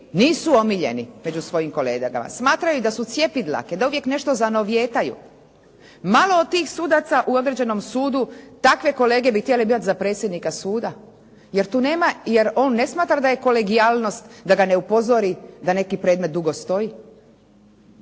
nisu omiljeni među svojim kolegama. Smatraju da su cjepidlake, da uvijek nešto zanovijetaju. Malo od tih sudaca u određenom sudu takve kolege bi htjeli birati za predsjednika suda, jer on ne smatra da je kolegijalnost, da ga ne upozori da neki predmet dugo stoji.